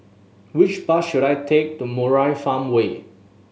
which bus should I take to Murai Farmway